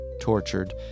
tortured